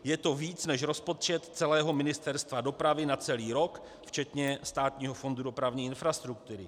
Je to více než rozpočet celého Ministerstva dopravy na celý rok včetně Státního fondu dopravní infrastruktury.